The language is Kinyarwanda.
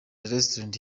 restaurant